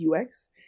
UX